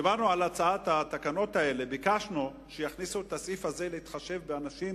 כשדיברנו על התקנות האלה ביקשנו שיכניסו את הסעיף שמתחשב באנשים,